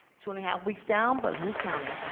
two and a half weeks down but who's counting.